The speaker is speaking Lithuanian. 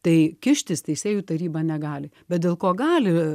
tai kištis teisėjų taryba negali bet dėl ko gali